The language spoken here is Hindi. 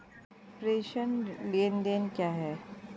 प्रेषण लेनदेन क्या है?